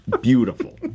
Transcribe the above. beautiful